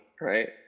Right